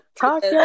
Talk